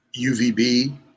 UVB